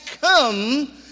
come